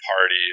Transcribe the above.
party